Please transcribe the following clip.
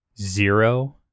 zero